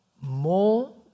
more